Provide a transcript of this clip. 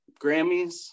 Grammys